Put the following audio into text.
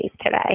today